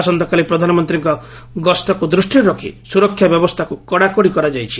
ଆସନ୍ତାକାଲି ପ୍ରଧାନମନ୍ତୀଙ୍କ ଗସ୍ତକ୍ ଦୂଷିରେ ରଖି ସୁରକ୍ଷା ବ୍ୟବସ୍ଗାକୁ କଡ଼ାକଡ଼ି କରାଯାଇଛି